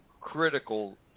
critical